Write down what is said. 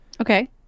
Okay